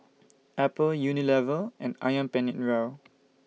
Apple Unilever and Ayam Penyet Ria